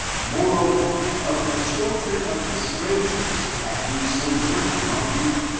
moreover, of the children of the strangers that do sojourn among you,